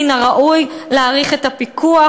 מן הראוי להאריך את הפיקוח.